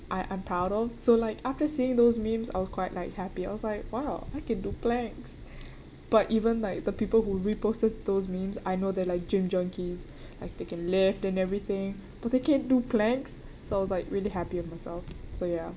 I I'm proud of so like after saying those memes I was quite like happy I was like !wow! I can do planks but even like the people who reposted those memes I know they're like gym junkies like they can lift and everything but they can't do planks so I was like really happy with myself so ya